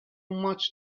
much